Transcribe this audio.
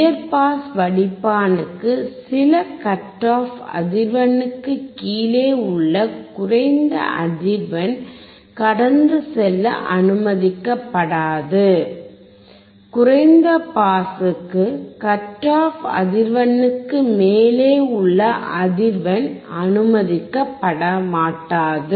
உயர் பாஸ் வடிப்பானுக்கு சில கட் ஆஃப் அதிர்வெண்ணுக்குக் கீழே உள்ள குறைந்த அதிர்வெண் கடந்து செல்ல அனுமதிக்கப்படாது குறைந்த பாஸுக்கு கட் ஆஃப் அதிர்வெண்ணிற்கு மேலே உள்ள அதிர்வெண் அனுமதிக்கப்படமாட்டாது